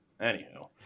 Anyhow